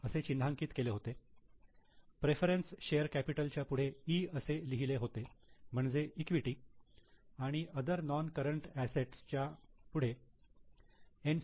असे चिन्हांकित केले होते प्रेफरन्स शेअर कॅपिटल च्या पुढे 'E' असे लिहिले होते म्हणजे इक्विटी आणि अदर नोन करंट असेट्स ज्याच्या पुढे एन